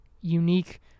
unique